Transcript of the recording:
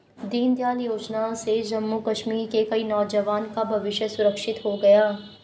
दीनदयाल योजना से जम्मू कश्मीर के कई नौजवान का भविष्य सुरक्षित हो गया